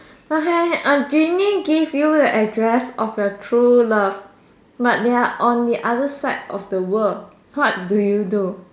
okay a genie give you the address of your true love but they are on the other side of the world what do you do